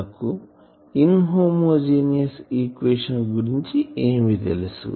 మనకి inhomogeneous equation గురుంచి ఏమి తెలుసు